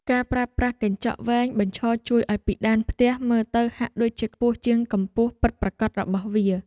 ការប្រើប្រាស់កញ្ចក់វែងបញ្ឈរជួយឱ្យពិដានផ្ទះមើលទៅហាក់ដូចជាខ្ពស់ជាងកម្ពស់ពិតប្រាកដរបស់វា។